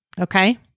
Okay